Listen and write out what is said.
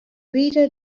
reader